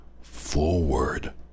forward